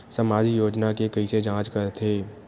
सामाजिक योजना के कइसे जांच करथे?